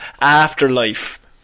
Afterlife